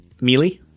Melee